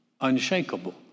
unshakable